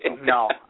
No